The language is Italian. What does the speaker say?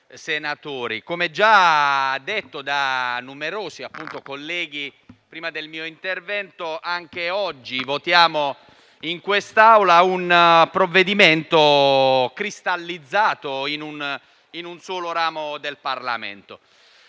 come già detto da numerosi colleghi prima del mio intervento, anche oggi votiamo in quest'Aula un provvedimento cristallizzato in un in un solo ramo del Parlamento: